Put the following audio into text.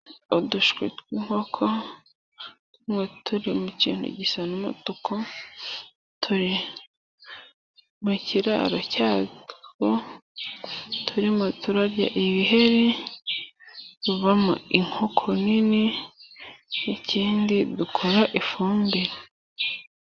Udushwi tw'inkoko, tumwe turi mu kintu gisa n'umutuku. Turi mu kiraro cyatwo. Turimo turarya ibiheri. Tuvamo inkoko nini ikindi dukora ifumbire.